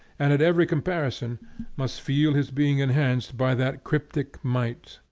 and at every comparison must feel his being enhanced by that cryptic might.